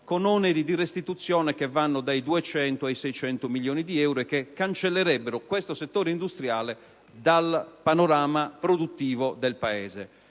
con oneri di restituzione che vanno dai 200 ai 600 milioni di euro e che cancellerebbero questo settore industriale dal panorama produttivo del Paese.